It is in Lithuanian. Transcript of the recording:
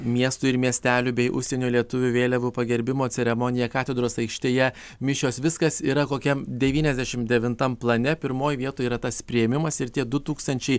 miestų ir miestelių bei užsienio lietuvių vėliavų pagerbimo ceremonija katedros aikštėje mišios viskas yra kokiam devyniasdešim devintam plane pirmoj vietoj yra tas priėmimas ir tie du tūkstančiai